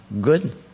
good